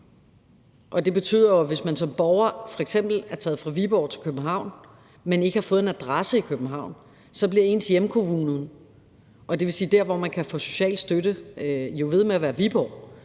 Det betyder, at hvis man som borger f.eks. er taget fra Viborg til København, men ikke har fået en adresse i København, så bliver ens hjemkommune, altså der, hvor man kan få social støtte, ved med at være Viborg